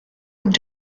und